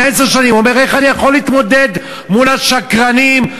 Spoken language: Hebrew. הוא אומר: איך אני יכול להתמודד מול השקרנים,